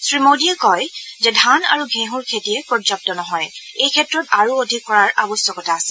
শ্ৰীমোদীয়ে কয় যে ধান আৰু ঘেঁহৰ খেতিয়ে পৰ্যাপ্ত নহয় এইক্ষেত্ৰত আৰু অধিক কৰাৰ আৱশ্যকতা আছে